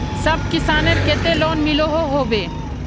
सब किसानेर केते लोन मिलोहो होबे?